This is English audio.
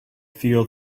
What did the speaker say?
feel